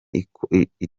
icometse